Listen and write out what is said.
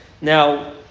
Now